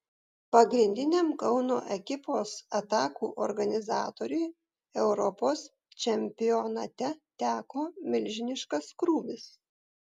pagrindiniam kauno ekipos atakų organizatoriui europos čempionate teko milžiniškas krūvis